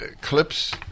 clips